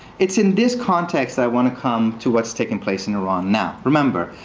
it's in this context that i want to come to what's taking place in iran now. remember,